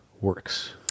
works